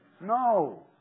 No